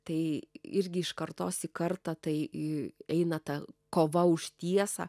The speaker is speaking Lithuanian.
tai irgi iš kartos į kartą tai eina ta kova už tiesą